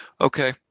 Okay